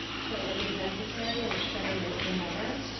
so it was necessary, and it's better late than never.